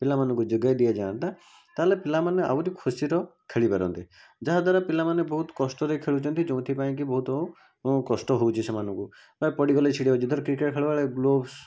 ପିଲାମାନଙ୍କୁ ଯୋଗାଇ ଦିଆଯାଆନ୍ତା ତାହେଲେ ପିଲାମାନେ ଆହୁରି ଖୁସିରେ ଖେଳିପାରନ୍ତେ ଯାହାଦ୍ଵାରା ପିଲାମାନେ ବହୁତ କଷ୍ଟରେ ଖେଳୁଛନ୍ତି ଯୋଉଥିପାଇଁ କି ବହୁତ କଷ୍ଟ ହେଉଛି ସେମାନଙ୍କୁ ବା ପଡ଼ିଗଲେ ଛିଡ଼ିଯାଉଛି ଧାର କ୍ରିକେଟ୍ ଖେଳବେଳେ ଗ୍ଲୋବ୍ସ